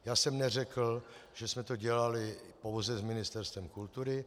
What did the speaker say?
Já jsem neřekl, že jsme to dělali pouze s Ministerstvem kultury.